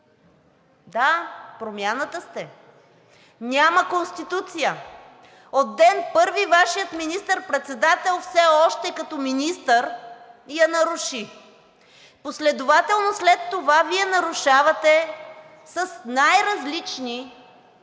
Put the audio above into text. Да, Промяната сте, няма Конституция. От ден първи Вашият министър-председател все още като министър я наруши. Последователно след това Вие нарушавате с най-различни